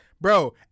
Bro